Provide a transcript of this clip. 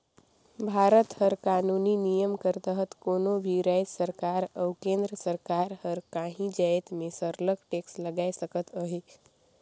भारत कर कानूनी नियम कर तहत कोनो भी राएज सरकार अउ केन्द्र कर सरकार हर काहीं जाएत में सरलग टेक्स लगाए सकत अहे